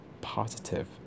positive